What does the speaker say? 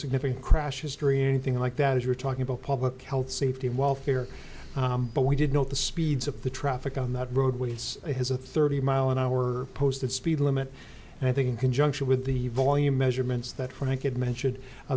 significant crash history anything like that if you're talking about public health safety and welfare but we did note the speeds of the traffic on that roadway it's has a thirty mile an hour posted speed limit and i think in conjunction with the volume measurements that frank it mentioned